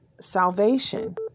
salvation